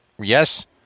Yes